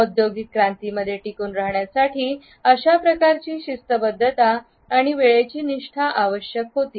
औद्योगिक क्रांती मध्ये टिकून राहण्यासाठी अशाप्रकारची शिस्तबद्धता आणि वेळेची निष्ठा आवश्यक होती